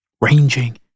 Ranging